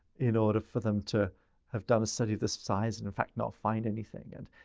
in order for them to have done a study of this size and in fact not find anything. and,